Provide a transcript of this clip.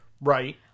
Right